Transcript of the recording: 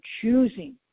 choosing